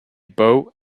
boat